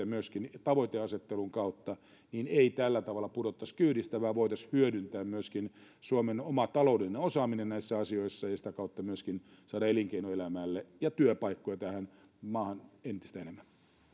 myöskin tavoiteasettelun kautta ei tällä tavalla pudottaisi kyydistä vaan voitaisiin hyödyntää myöskin suomen oma taloudellinen osaaminen näissä asioissa ja sitä kautta myöskin saada elinkeinoelämälle hyötyä ja työpaikkoja tähän maahan entistä enemmän